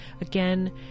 again